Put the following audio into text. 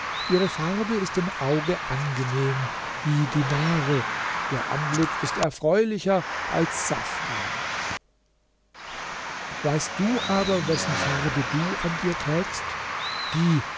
ihre farbe ist dem auge angenehm wie dinare ihr anblick ist erfreulicher als safran weißt du aber wessen farbe du an dir trägst die